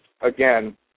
again